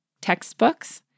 textbooks